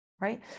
Right